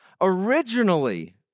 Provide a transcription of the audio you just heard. Originally